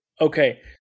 Okay